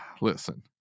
listen